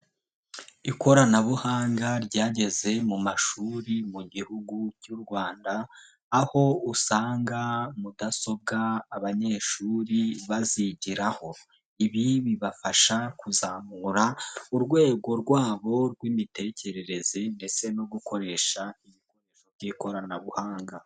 Ikoranabuhanga ryageze mu mashuri mu gihugu cy'u Rwanda aho usanga mudasobwa abanyeshuri bazigiraho. Ibi bibafasha kuzamura urwego rwabo rw'imitekerereze ndetse no gukoresha ibikoresho by'ikoranabuhanga.